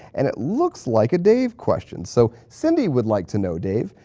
and it looks like a dave question. so cindy would like to know dave,